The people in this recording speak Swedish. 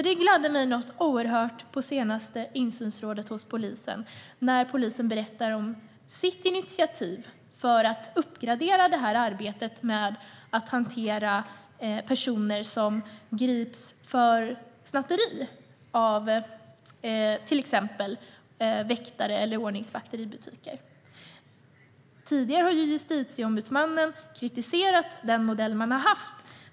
Det gladde mig oerhört mycket när polisen på det senaste insynsrådet berättade om sitt initiativ för att uppgradera arbetet med att hantera personer som grips för snatteri i butiker av till exempel väktare eller ordningsvakter. Justitieombudsmannen har tidigare kritiserat den modell som man har haft.